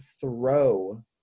throw